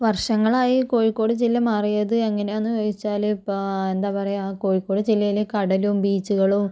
വർഷങ്ങളായി കോഴിക്കോട് ജില്ല മാറിയത് എങ്ങനെയാന്ന് ചോദിച്ചാൽ ഇപ്പം എന്താ പറയുക കോഴിക്കോട് ജില്ലയിലെ കടലും ബീച്ചുകളും